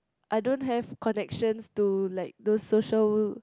I don't have connections to like those social